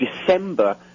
December